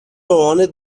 مامانت